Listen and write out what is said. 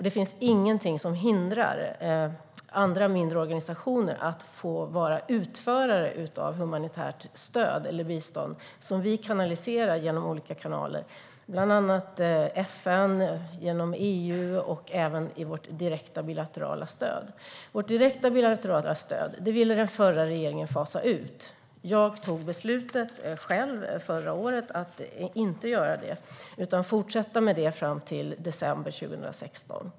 Det finns ingenting som hindrar andra mindre organisationer att få vara utförare av humanitärt stöd eller bistånd som vi kanaliserar på olika sätt, bland annat genom FN, EU och även i vårt direkta bilaterala stöd. Den förra regeringen ville fasa ut direkta bilaterala stöd. Jag tog själv beslutet förra året att inte göra det utan se till att det fortsätter fram till december 2016.